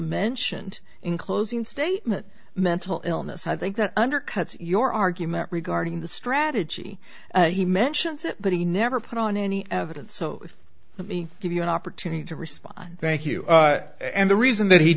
mentioned in closing statement mental illness i think that undercuts your argument regarding the strategy he mentions it but he never put on any evidence so let me give you an opportunity to respond thank you and the reason that he